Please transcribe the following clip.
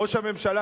ראש הממשלה,